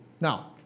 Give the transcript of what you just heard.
now